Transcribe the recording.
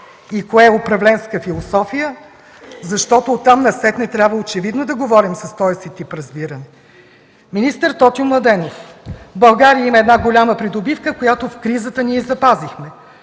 и кое е управленска философия, защото оттам насетне трябва очевидно да говорим с този си тип разбиране. Министър Тотю Младенов: „България има една голяма придобивка, която в кризата ние запазихме.